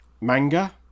manga